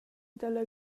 dalla